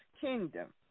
kingdom